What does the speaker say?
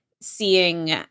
seeing